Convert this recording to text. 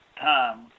time